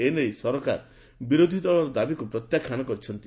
ଏନେଇ ସରକାର ବିରୋଧୀ ଦଳର ଦାବିକୁ ପ୍ରତ୍ୟାଖ୍ୟାନ କରିଛନ୍ତି